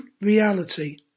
reality